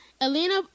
Elena